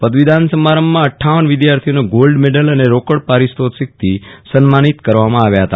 પદવીદાન સમારંભ માં પટ વિદ્યાર્થીઓ ને ગોલ્ડ મેડલ અને રોકડ પરિતોષક થી સન્માનિત કરવા માં આવ્યા હતા